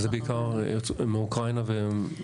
שזה בעיקר מאוקראינה ומזרח אירופה.